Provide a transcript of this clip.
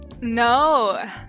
No